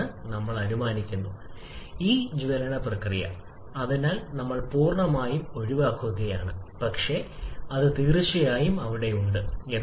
അതിനാൽ താപനില വർദ്ധിക്കുന്നതിനനുസരിച്ച് നിർദ്ദിഷ്ട താപം വർദ്ധിച്ചുകൊണ്ടിരിക്കുമ്പോൾ നിങ്ങൾക്ക് കാണാൻ കഴിയും വളരെ വേഗത്തിൽ